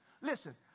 listen